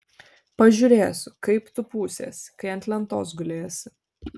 pažiūrėsiu kaip tu pūsies kai ant lentos gulėsi